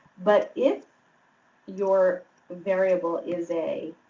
but, if your variable is a